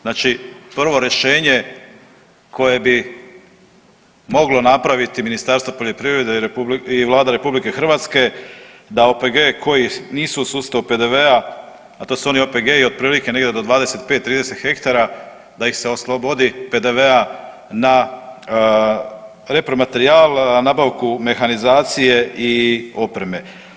Znači, prvo rješenje koje bi moglo napraviti Ministarstvo poljoprivrede i Vlada RH da OPG-i koji nisu u sustavu PDV-a, a to su oni OPG-i otprilike negdje do 25, 30 hektara da ih se oslobodi PDV-a na repromaterijal, nabavku mehanizacije i opreme.